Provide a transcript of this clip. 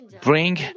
bring